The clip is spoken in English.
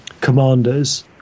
commanders